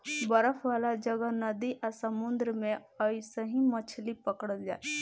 बरफ वाला जगह, नदी आ समुंद्र में अइसही मछली पकड़ल जाला